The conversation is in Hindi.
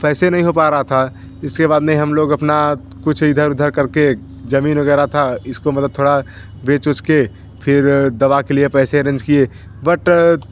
पैसे नहीं हो पा रहा था इसके बाद में हम लोग अपना कुछ इधर उधर कर के ज़मीन वग़ैरह थी इसको मदद थोड़ा बेच उच के फिर दवा के लिए पैसे एरेन्ज किए बट